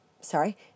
sorry